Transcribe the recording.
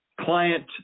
client